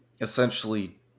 essentially